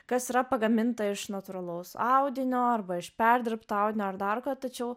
kas yra pagaminta iš natūralaus audinio arba iš perdirbto audinio ar dar ko tačiau